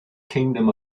kingdom